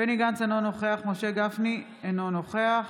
בנימין גנץ, אינו נוכח משה גפני, אינו נוכח